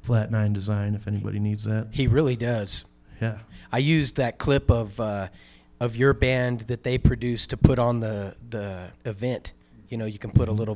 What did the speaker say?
flat nine design if anybody needs that he really does yeah i use that clip of of your band that they produce to put on the event you know you can put a little